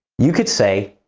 you could say,